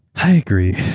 i agree.